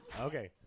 Okay